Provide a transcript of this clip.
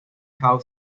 how